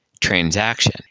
transaction